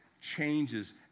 changes